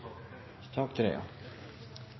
sak